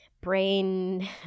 brain